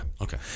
okay